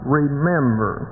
remember